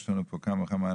יש לנו פה כמה אנשים,